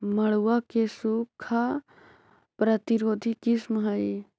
मड़ुआ के सूखा प्रतिरोधी किस्म हई?